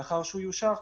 לאחר שהוא יאושר,